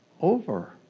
over